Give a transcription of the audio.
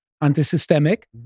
anti-systemic